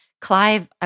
Clive